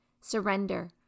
surrender